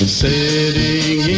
sitting